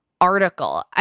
Article